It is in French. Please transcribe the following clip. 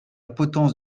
potence